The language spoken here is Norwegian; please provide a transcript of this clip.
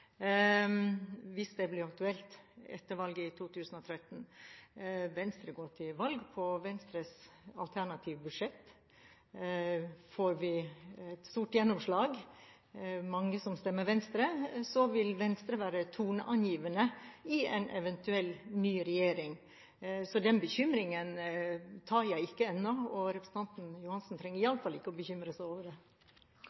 hvis det blir aktuelt etter valget i 2013. Venstre går til valg på Venstres alternative budsjett. Får vi et stort gjennomslag, at det er mange som stemmer på Venstre, vil Venstre være toneangivende i en eventuell ny regjering. Så den bekymringen tar jeg ikke ennå, og representanten Johansen trenger